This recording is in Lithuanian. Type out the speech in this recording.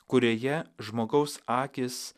kurioje žmogaus akys